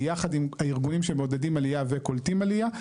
ביחד עם הארגונים שמעודדים עלייה וקולטים עלייה.